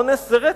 אונס זה רצח,